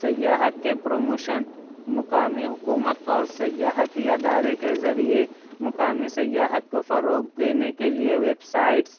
سیاحت کے پروموشن مقامی حکومت اور سیاحتی ادارے کے ذریعے مقامی سیاحت کو فروغ دینے کے لیے ویب سائٹس